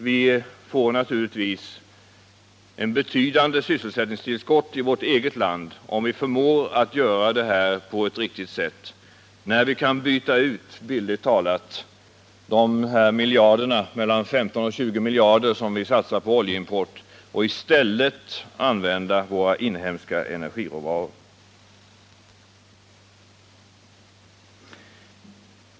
Vi får naturligtvis ett betydande sysselsättningstillskott i vårt eget land, om vi förmår att göra detta på ett riktigt sätt, när vi bildligt talat kan byta ut de mellan 15 och 20 miljarder kronor som vi satsar på oljeimporten och i stället använda våra inhemska energiråvaror.